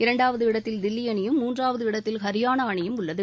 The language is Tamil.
இரண்டாவது இடத்தில் தில்லி அணியும் மூன்றாவது இடத்தில் ஹரியானா அணியும் உள்ளன